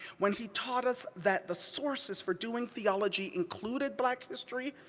when he taught us that the sources for doing theology included black history,